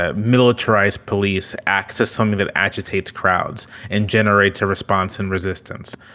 ah militarized police acts as something that agitates crowds and generates a response and resistance.